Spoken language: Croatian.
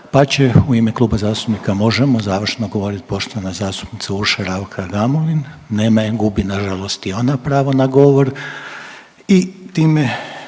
pa će u ime Kluba zastupnika Možemo! završno govorit poštovana zastupnica Urša Raukar Gamulin, nema je, gubi nažalost i ona pravo na govor i time